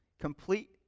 Complete